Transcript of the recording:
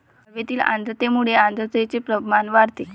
हवेतील आर्द्रतेमुळे आर्द्रतेचे प्रमाण वाढते